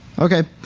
okay.